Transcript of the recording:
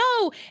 no